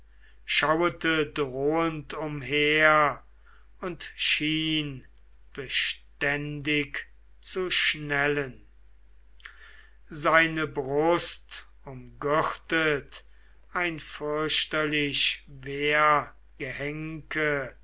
drohend umher und schien beständig zu schnellen seine brust umgürtet ein fürchterlich